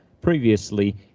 previously